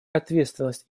ответственность